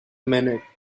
minute